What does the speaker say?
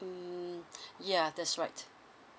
mm ya that's right